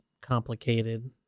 complicated